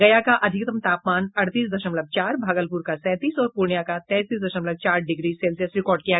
गया का अधिकतम तापमान अड़तीस दशमलव चार भागलपुर का सैंतीस और पूर्णियां का तैंतीस दशमलव चार डिग्री सेल्सियस रिकॉर्ड किया गया